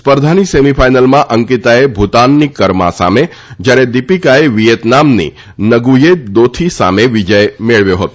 સ્પર્ધાની સેમીફાઇનલમાં અંકીતાએ ભુતાનની કર્મા સામે જયારે દિપીકાએ વિયેતનામની નગુયેત દોથી સામે વિજય મેળવ્યો હતો